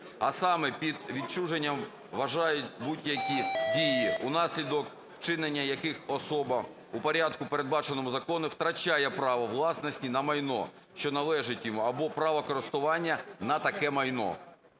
А саме: під відчуженням вважають будь-які дії, внаслідок вчинення яких особа у порядку, передбаченому законом, втрачає право власності на майно, що належить йому, або право користування на таке майно.